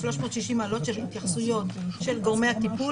360 מעלות של התייחסויות של גורמי הטיפול,